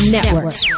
Network